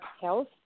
health